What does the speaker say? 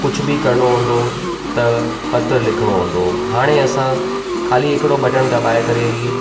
कुझु बि करिणो हूंदो हो त पत्र लिखिणो हूंदो हो हाणे असां ख़ाली हिकिड़ो बटन दॿाए करे ई